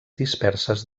disperses